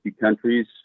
countries